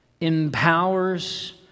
empowers